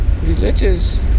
religious